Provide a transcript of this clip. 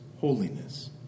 holiness